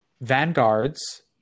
vanguards